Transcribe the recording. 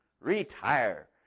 Retire